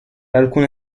alcune